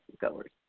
goers